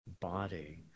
body